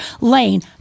lane